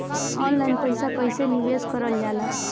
Online पईसा कईसे निवेश करल जाला?